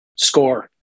Score